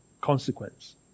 consequence